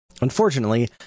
Unfortunately